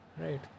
Right